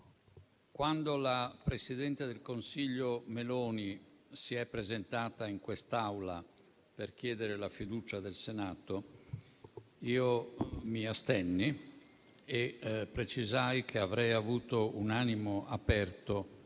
quando la presidente del Consiglio Meloni si è presentata in quest'Aula per chiedere la fiducia del Senato, io mi astenni e precisai che avrei avuto un animo aperto,